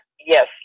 yes